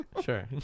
sure